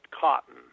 cotton